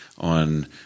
on